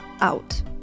out